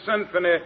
symphony